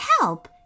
help